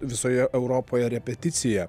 visoje europoje repeticija